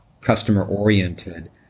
customer-oriented